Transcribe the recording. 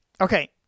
okay